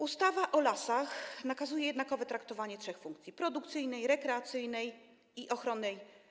Ustawa o lasach nakazuje jednakowe traktowanie trzech funkcji: produkcyjnej, rekreacyjnej i ochronnej.